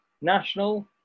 national